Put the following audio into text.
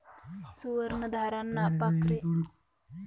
सुवर्ण धाराना पाखरे अंडा आनी मटन करता पायतस